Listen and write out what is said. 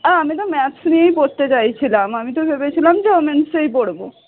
আর আমি তো ম্যাথস নিয়েই পড়তে চাইছিলাম আমি তো ভেবেছিলাম যে উওম্যানসেই পড়ব